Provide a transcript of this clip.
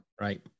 Right